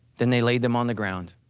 then they laid them on the ground.